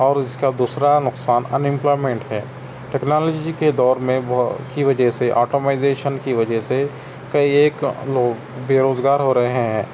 اور اس کا دوسرا نقصان انامپلائمنٹ ہے ٹیکنالوجی کے دور میں کی وجہ سے آٹومائیزیشن کی وجہ سے کئی ایک لوگ بے روزگار ہو رہے ہیں